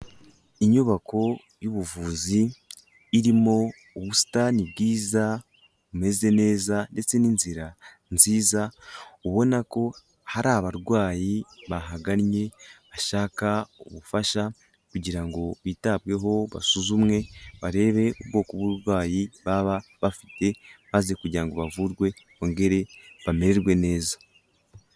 Inyubako y'ubuvuzi, irimo ubusitani bwiza, bumeze neza ndetse n'inzira nziza, ubona ko hari abarwayi bahangannye, bashaka ubufasha kugira ngo bitabweho basuzumwe, barebe ubwoko bw'uburwayi baba bafite maze kugira ngo bavurwe, bongere bamererwe neza.